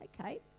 Okay